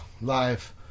Live